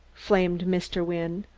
flamed mr. wynne.